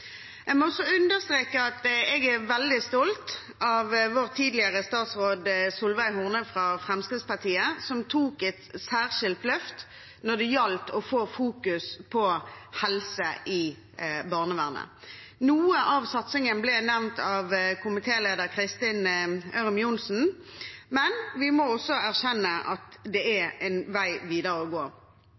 jeg er veldig stolt av vår tidligere statsråd Solveig Horne fra Fremskrittspartiet, som tok et særskilt løft når det gjaldt å fokusere på helse i barnevernet. Noe av satsingen ble nevnt av komitéleder Kristin Ørmen Johnsen, men vi må erkjenne at det er en vei å gå